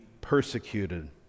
persecuted